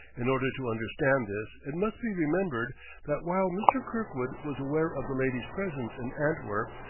in order to understand this it must be remembered that while mr. kirkwood was aware of the lady's presence in antwerp,